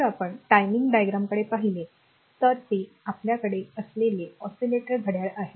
जर आपण टाइमिंग डायग्रामकडे पाहिले तर ते आपल्याकडे असलेले ऑसिलेटर घड्याळ आहे